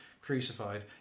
crucified